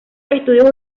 estudios